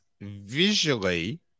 visually